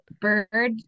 bird